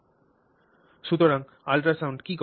সুতরাং আল্ট্রাসাউন্ড কি করে